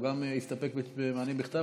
גם הוא יסתפק במענה בכתב,